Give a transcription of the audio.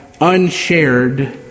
unshared